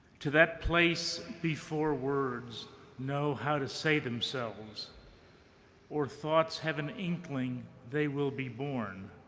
to that place before words know how to say themselves or thoughts have an inkling they will be born